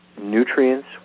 Nutrients